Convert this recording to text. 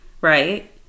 right